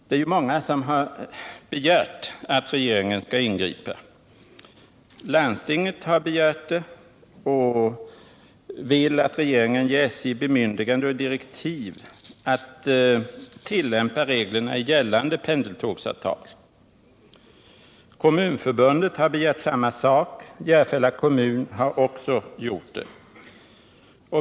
Det är många som har begärt att regeringen skall ingripa. Landstinget har begärt det och vill att regeringen ger SJ bemyndigande och direktiv att tillämpa reglerna i det gällande pendeltågsavtalet. Kommunförbundet har begärt samma sak, Järfälla kommun har också gjort det.